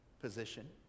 position